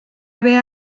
haver